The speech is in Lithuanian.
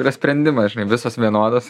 yra sprendimas žinai visos vienodos